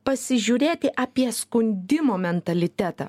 pasižiūrėti apie skundimo mentalitetą